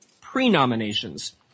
pre-nominations